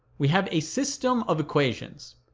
we have a system of equations.